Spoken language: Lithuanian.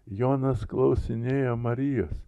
jonas klausinėjo marijos